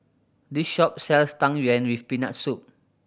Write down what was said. this shop sells Tang Yuen with Peanut Soup